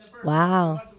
Wow